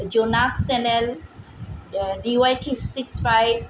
Jonak channel D Y three six five